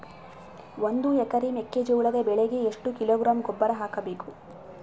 ಒಂದು ಎಕರೆ ಮೆಕ್ಕೆಜೋಳದ ಬೆಳೆಗೆ ಎಷ್ಟು ಕಿಲೋಗ್ರಾಂ ಗೊಬ್ಬರ ಹಾಕಬೇಕು?